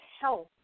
health